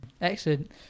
Excellent